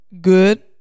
good